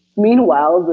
meanwhile,